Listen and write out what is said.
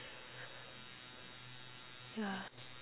ya